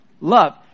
love